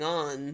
on